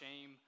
shame